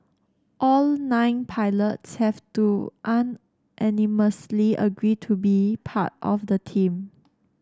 all nine pilots have to unanimously agree to be part of the team